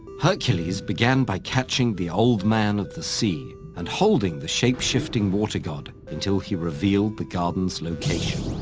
hercules began by catching the old man of the sea and holding the shape-shifting water-god until he revealed the garden's location.